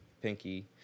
pinky